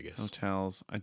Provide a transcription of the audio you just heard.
hotels